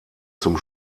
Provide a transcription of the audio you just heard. zum